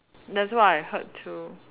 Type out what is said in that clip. that's what I heard too